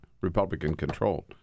Republican-controlled